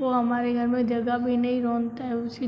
वह हमारे घर में जगह भी नहीं रोता है उसकी